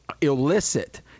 illicit